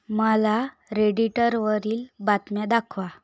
मला रेडीटरवरील बातम्या दाखवा